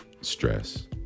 stress